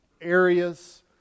areas